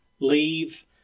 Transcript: leave